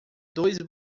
dois